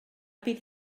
bydd